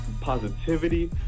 positivity